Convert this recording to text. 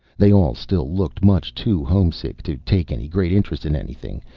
they all still looked much too homesick to take any great interest in anything,